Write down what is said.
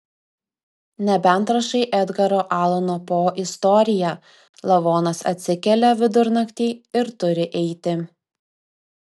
nebent rašai edgaro alano po istoriją lavonas atsikelia vidurnaktį ir turi eiti